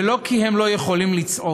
ולא כי הם לא יכולים לצעוק,